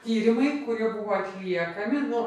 tyrimai kurie buvo atliekami nuo